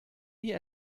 nie